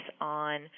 on